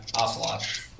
Ocelot